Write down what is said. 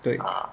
对